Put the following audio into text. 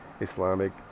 Islamic